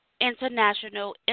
International